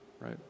right